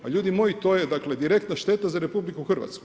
Pa ljudi moji, to je dakle direktna šteta za RH.